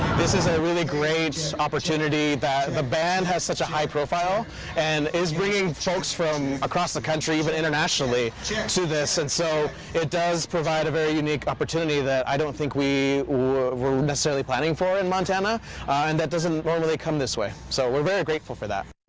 this is a really great opportunity that the band has such a high profile and is bringing folks from across the country even internationally to this and so it does provide a very unique opportunity that i don't think we were necessarily planning for in montana and that doesn't normally come this way so we're very grateful for that.